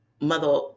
Mother